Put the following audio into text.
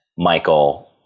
Michael